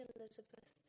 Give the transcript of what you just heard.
Elizabeth